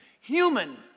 Human